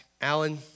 Alan